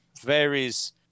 varies